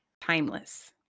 Timeless